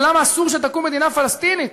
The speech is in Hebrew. למה אסור שתקום מדינה פלסטינית,